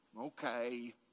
Okay